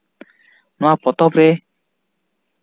ᱱᱚᱣᱟ ᱯᱚᱛᱚᱵ ᱨᱮ